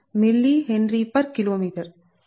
4605 logDmDsx mHkm